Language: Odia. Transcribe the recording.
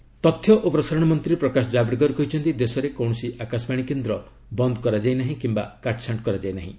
ଜାବଡେକର୍ ଏଆଇଆର୍ ତଥ୍ୟ ଓ ପ୍ରସାରଣ ମନ୍ତ୍ରୀ ପ୍ରକାଶ ଜାବଡେକର କହିଛନ୍ତି ଦେଶର କୌଣସି ଆକାଶବାଣୀ କେନ୍ ବନ୍ଦ କରାଯାଇ ନାହିଁ କିମ୍ବା କାଟ୍ଛାଣ୍ଟ କରାଯାଇନାହିଁ